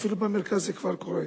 ואפילו במרכז זה כבר קורה.